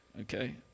okay